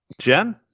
Jen